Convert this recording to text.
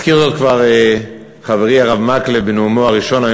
הזכיר זאת כבר חברי הרב מקלב בנאומו הראשון היום